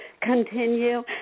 Continue